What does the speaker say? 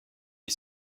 est